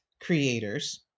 creators